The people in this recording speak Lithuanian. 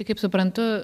tai kaip suprantu